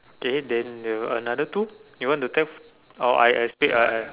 okay then they will another two you want to take or I I speak I I